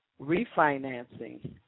refinancing